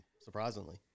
Surprisingly